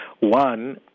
One